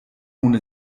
ohne